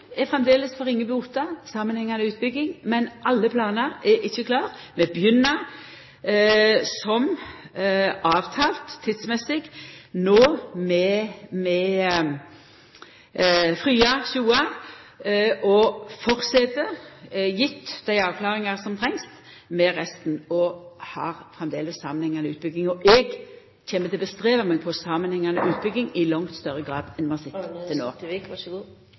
samanhengande utbygging, men alle planar er ikkje klare. Vi begynner som avtalt tidsmessig no med Frya–Sjoa og fortset, gjeve dei avklaringane som trengst, med resten, og har framleis ei samanhengande utbygging. Eg kjem til å gjera mitt beste for samanhengande utbygging i langt større grad enn